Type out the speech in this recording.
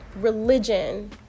religion